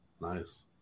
nice